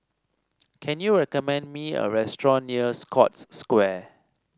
can you recommend me a restaurant near Scotts Square